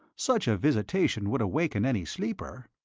such a visitation would awaken any sleeper?